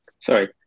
Sorry